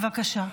בבקשה.